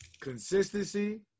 Consistency